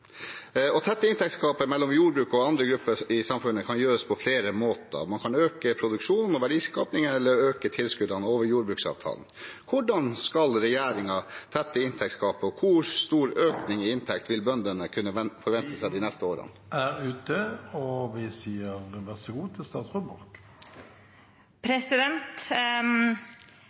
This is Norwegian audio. Å tette inntektsgapet mellom jordbruket og andre grupper i samfunnet kan gjøres på flere måter. Man kan øke produksjonen og verdiskapingen eller øke tilskuddene gjennom jordbruksavtalen. Hvordan skal regjeringen tette inntektsgapet, og hvor stor økning i inntekt vil bøndene kunne forvente de neste årene?